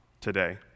today